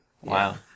Wow